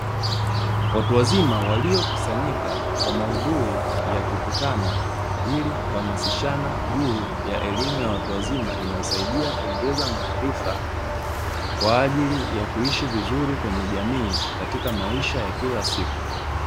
Watu wazima waliokusanyika kwa mahudhui ya kukutana; ili kuhamasishana juu ya elimu ya watu wazima inayosaidia kuongeza maarifa, kwa ajili ya kuishi vizuri kwenye jamii katika maisha ya kila siku.